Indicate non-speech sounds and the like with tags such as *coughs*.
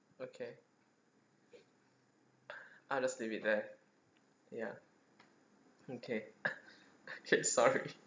okay I'll just leave it there ya okay *coughs* okay sorry